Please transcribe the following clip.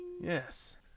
Yes